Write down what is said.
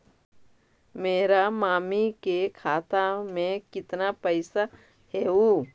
मेरा मामी के खाता में कितना पैसा हेउ?